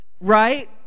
Right